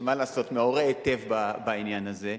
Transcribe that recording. מה לעשות, מעורה היטב בעניין הזה,